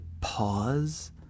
pause